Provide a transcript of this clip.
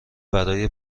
برای